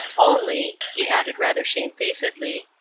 only, he added rather shamefacedly,